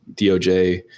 DOJ